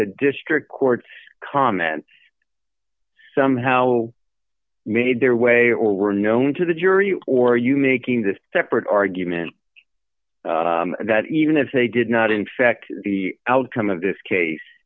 the district court comment somehow made their way or were known to the jury or are you making this separate argument that even if they did not in fact the outcome of this case